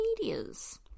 medias